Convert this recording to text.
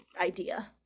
idea